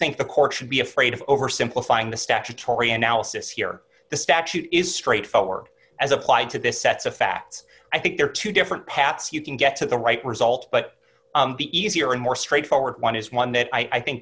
think the court should be afraid of oversimplifying the statutory analysis here the statute is straightforward as applied to this sets of facts i think there are two different paths you can get to the right result but the easier and more straightforward one is one that i think